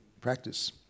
practice